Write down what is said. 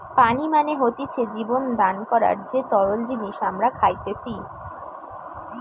পানি মানে হতিছে জীবন দান করার যে তরল জিনিস আমরা খাইতেসি